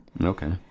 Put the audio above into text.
Okay